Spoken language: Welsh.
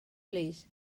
plîs